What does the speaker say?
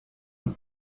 und